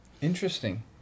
Interesting